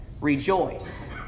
rejoice